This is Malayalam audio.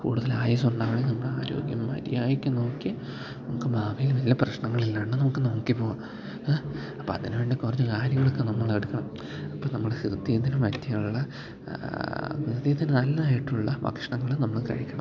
കൂടുതൽ ആയുസ്സ് ഉണ്ടാവണമെങ്കിൽ നമ്മൾ ആരോഗ്യം മര്യാദയ്ക്ക് നോക്കി നമുക്ക് ഭാവിയിൽ വല്ല പ്രശ്നങ്ങൾ ഇല്ലാതെ നമുക്ക് നോക്കി പോവാം അപ്പം അതിന് വേണ്ട കുറച്ചു കാര്യങ്ങളെക്കെ നമ്മൾ എടുക്കണം ഇപ്പം നമ്മൾ ഹൃദയത്തിനെ പറ്റിയുള്ള ഹൃദയത്തിന് നല്ലതായിട്ടുള്ള ഭക്ഷണങ്ങൾ നമ്മൾ കഴിക്കണം